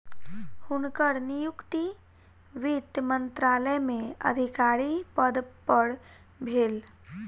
हुनकर नियुक्ति वित्त मंत्रालय में अधिकारी पद पर भेल